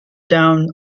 down